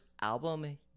album